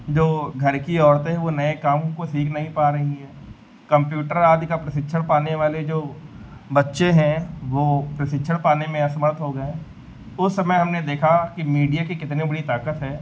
जो घर की औरतें हैं वह नए काम को सीख नहीं पा रही हैं कम्प्यूटर आदि का प्रशिक्षण पाने वाले जो बच्चे हैं वो प्रशिक्षण पाने में असमर्थ हो गए हैं उस समय हमने देखा कि मीडिया की कितनी बड़ी ताकत है